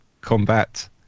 combat